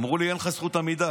אמרו לי: אין לך זכות עמידה.